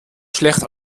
schlecht